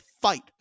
fight